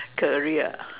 career ah